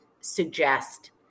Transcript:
suggest